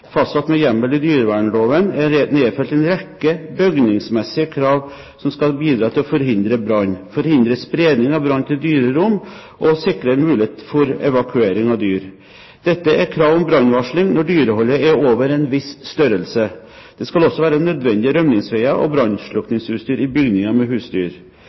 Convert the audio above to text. fastsatt med hjemmel i dyrevernloven, er nedfelt en rekke bygningsmessige krav som skal bidra til å forhindre brann, forhindre spredning av brann til dyrerom, og sikre en mulighet for evakuering av dyr. Dette er krav om brannvarsling når dyreholdet er over en viss størrelse. Det skal også være nødvendige rømningsveier og brannslukningsutstyr i bygninger med husdyr.